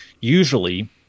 usually